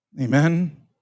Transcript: Amen